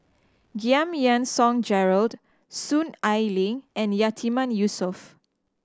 Giam Yean Song Gerald Soon Ai Ling and Yatiman Yusof